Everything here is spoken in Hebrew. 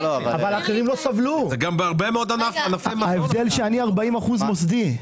אבל האחרים לא סבלו, ההבדל שאני 40% מוסדי.